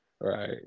Right